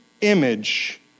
image